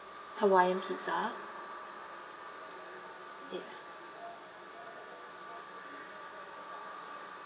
hawaiian pizza y~